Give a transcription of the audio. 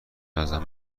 ازم